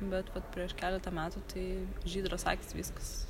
bet vat prieš keletą metų tai žydros akys viskas